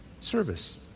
Service